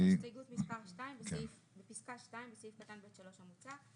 הסתייגות מספר 2 בפסקה (2) בסעיף קטן (ב)(3) המוצע,